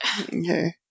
Okay